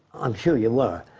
i'm sure you've learned.